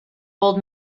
old